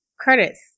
Curtis